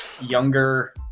younger